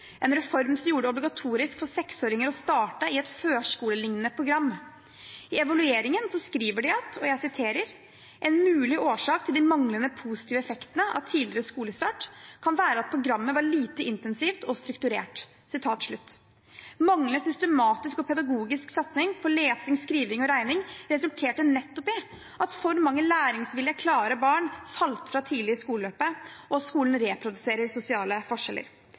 en reform som gjorde det obligatorisk for seksåringer å starte i et førskolelignende program. I evalueringen skriver de: «En mulig årsak til de manglende positive effektene av tidligere skolestart kan være at programmet var lite intensivt og strukturert.» Manglende systematisk og pedagogisk satsing på lesing, skriving og regning resulterte nettopp i at for mange lærevillige, klare barn falt fra tidlig i skoleløpet, og at skolen reproduserte sosiale forskjeller.